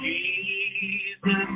Jesus